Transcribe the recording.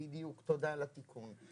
בדיוק, תודה על התיקון.